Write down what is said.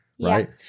right